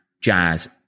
jazz